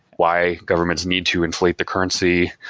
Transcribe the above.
why governments need to inflate the currency,